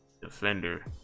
defender